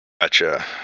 Gotcha